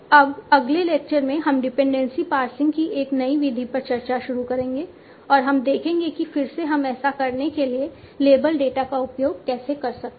अब अगले लेक्चर में हम डिपेंडेंसी पार्सिंग की एक नई विधि पर चर्चा शुरू करेंगे और हम देखेंगे कि फिर से हम ऐसा करने के लिए लेबल डेटा का उपयोग कैसे कर सकते हैं